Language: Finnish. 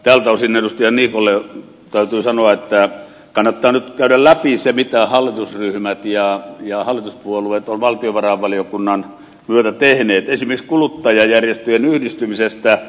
tältä osin edustaja niikolle täytyy sanoa että kannattaa nyt käydä läpi se mitä hallitusryhmät ja hallituspuolueet ovat valtiovarainvaliokunnan myötä tehneet